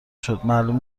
شد، معلوم